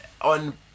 on